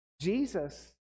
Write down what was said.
Jesus